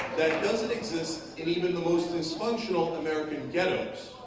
that doesn't exist in even the most dysfunctional american ghettos